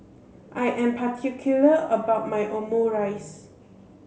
I am particular about my Omurice